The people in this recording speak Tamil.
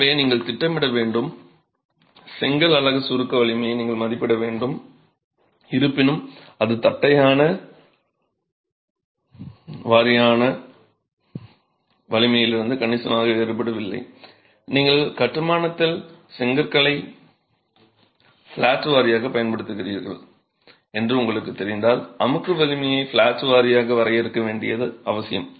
எனவே நீங்கள் திட்டமிட வேண்டும் செங்கல் அலகு சுருக்க வலிமையை நீங்கள் மதிப்பிட வேண்டும் இருப்பினும் அது ஃப்ளாட் வாரியான வலிமையிலிருந்து கணிசமாக வேறுபடவில்லை நீங்கள் கட்டுமானத்தில் செங்கற்களை ஃப்ளாட் வாரியாகப் பயன்படுத்துகிறீர்கள் என்று உங்களுக்குத் தெரிந்தால் அமுக்கு வலிமையை ஃப்ளாட் வாரியாக வரையறுக்க வேண்டியது அவசியம்